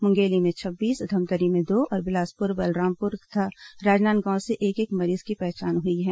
मुंगेली में छब्बीस धमतरी में दो और बिलासपुर बलरामपुर तथा राजनांदगांव से एक एक मरीज की पहचान हुई है